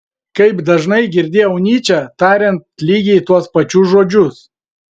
kaip dažnai girdėjau nyčę tariant lygiai tuos pačius žodžius